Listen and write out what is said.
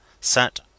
sat